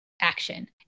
action